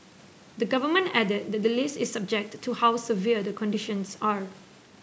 the Government added that the list is subject to how severe the conditions are